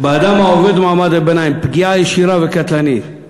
באדם העובד ובמעמד הביניים פגיעה ישירה וקטלנית.